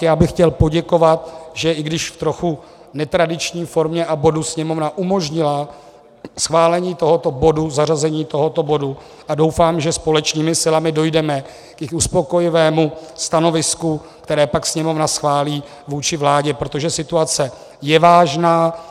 Já bych chtěl poděkovat, že i když v trochu netradiční formě a bodu Sněmovna umožnila schválení tohoto bodu, zařazení tohoto bodu, a doufám, že společnými silami dojdeme i k uspokojivému stanovisku, které pak Sněmovna schválí vůči vládě, protože situace je vážná.